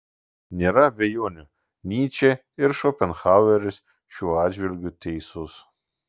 nėra abejonių nyčė ir šopenhaueris šiuo atžvilgiu teisūs